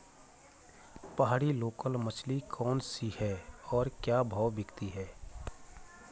पहाड़ी लोकल मछली कौन सी है और क्या भाव बिकती है?